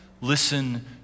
Listen